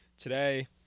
Today